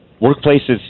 workplaces